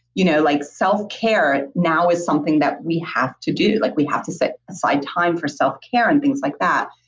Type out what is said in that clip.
you know like self-care and now is something that we have to do. like we have to set aside time for selfcare and things like that.